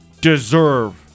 deserve